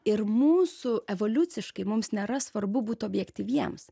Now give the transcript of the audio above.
ir mūsų evoliuciškai mums nėra svarbu būt objektyviems